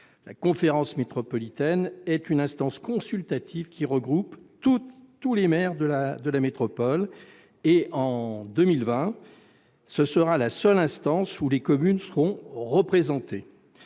La conférence métropolitaine est une instance consultative qui regroupe tous les maires de la métropole ; en 2020, il s'agira du seul organe où les communes seront représentées.